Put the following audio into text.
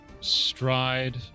stride